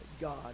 God